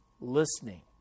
listening